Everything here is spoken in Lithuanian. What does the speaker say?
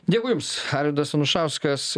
dėkui jums arvydas anušauskas